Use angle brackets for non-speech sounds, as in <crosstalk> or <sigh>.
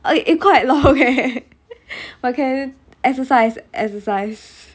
eh eh quite long eh <laughs> but can exercise exercise